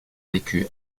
vécu